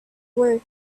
work